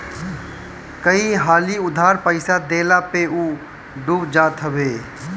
कई हाली उधार पईसा देहला पअ उ डूब जात हवे